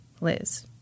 Liz